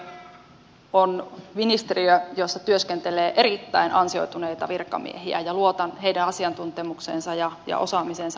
valtiovarainministeriö on ministeriö jossa työskentelee erittäin ansioituneita virkamiehiä ja luotan heidän asiantuntemukseensa ja osaamiseensa kuin vuoreen